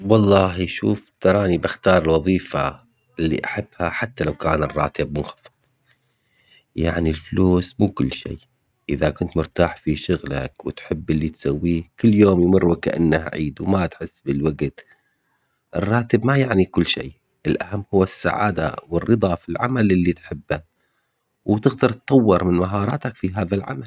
والله شوف تراني بختار وظيفة اللي احبها حتى لو كان الراتب منخفض. يعني الفلوس مو كل شي اذا كنت مرتاح في شغلك وتحب اللي تسويه كل يوم يمر وكانه عيد وما تحس بالوقت. الراتب ما يعني كل شي. الاهم هو عادة والرضا في العمل اللي تحبه. وتقدر تطور من مهاراتك في هذا العمل